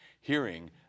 hearing